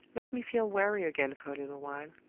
let me feel weary again for a little while,